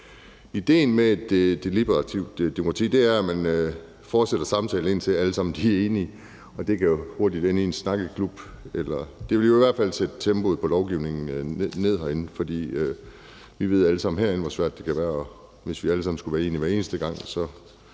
Idéen med et deliberativt demokrati er, at man fortsætter samtalen, indtil alle er enige, og det kan jo hurtigt ende i en snakkeklub. Det vil i hvert fald sætte tempoet på lovgivningsprocessen ned, for vi ved alle sammen herinde, hvor svært det kan være, og vi kan nok se, hvilke perspektiver